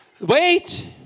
Wait